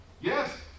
Yes